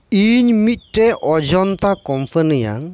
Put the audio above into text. ᱤᱧ ᱢᱤᱫᱴᱮᱱ ᱚᱡᱚᱱᱛᱟ ᱠᱳᱢᱯᱟᱱᱤᱭᱟᱜ